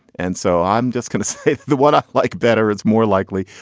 and so i'm just going to the what i like better is more likely,